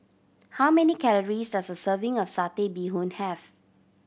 how many calories does a serving of Satay Bee Hoon have